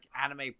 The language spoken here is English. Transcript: anime